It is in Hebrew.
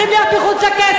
אתם צריכים להיות מחוץ לכנסת,